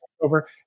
over